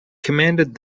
commanded